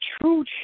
true